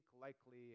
likely